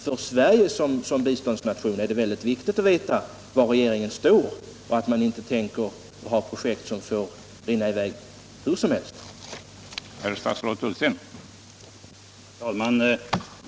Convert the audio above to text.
För Sverige som biståndsnation tror jag att det är mycket viktigt att veta var regeringen står och att man inte tänker ha projekt som får rinna i väg hur som helst.